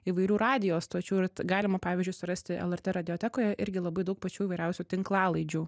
įvairių radijo stočių ir galima pavyzdžiui surasti lrt radiotekoje irgi labai daug pačių įvairiausių tinklalaidžių